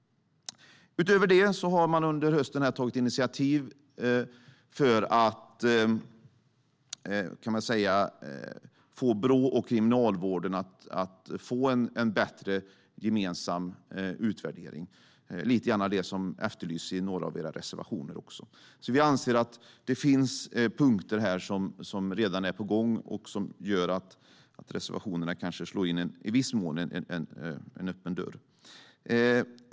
Utöver detta har man under hösten tagit initiativ för att få Brå och Kriminalvården att få en bättre gemensam utvärdering. Det är lite grann det som efterlyses i några av era reservationer. Vi anser alltså att det finns punkter som redan är på gång och som gör att reservationerna i viss mån slår in en öppen dörr.